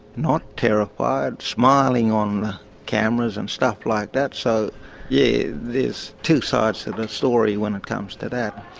not terrified, smiling on the cameras and stuff like that. so yeah, there's two sides to the story when it comes to that.